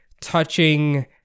touching